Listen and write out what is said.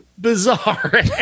bizarre